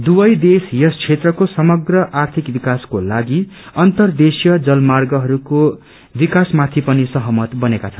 दुवै देश यस क्षेत्रको समग्र आर्थिक विकासको लागि अन्तरदेशीय जलमार्गहरूको विकासमाथि पनि सहमत बनेका छन्